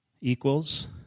Equals